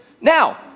Now